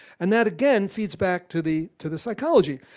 and that again feeds back to the to the psychology.